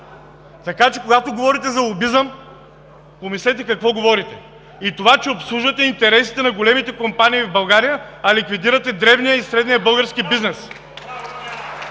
Когато говорите за лобизъм, помислете какво говорите. И това, че обслужвате интересите на големите компании в България, а ликвидирате големия и средния български бизнес.